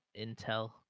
intel